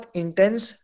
intense